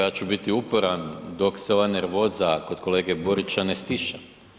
Ja ću biti uporan, dok se ova nervoza kod kolege Borića ne stiša.